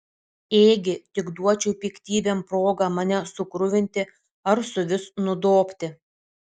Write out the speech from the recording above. ėgi tik duočiau piktybėm progą mane sukruvinti ar suvis nudobti